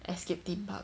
escape theme park